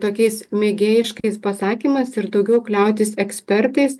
tokiais mėgėjiškais pasakymas ir daugiau kliautis ekspertais